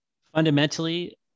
Fundamentally